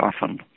often